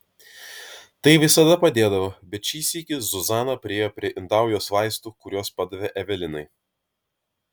tai visada padėdavo bet šį sykį zuzana priėjo prie indaujos vaistų kuriuos padavė evelinai